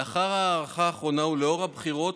לאחר ההארכה האחרונה ולאור הבחירות,